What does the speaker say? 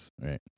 right